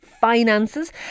finances